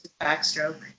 backstroke